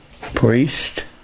priest